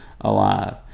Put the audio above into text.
alive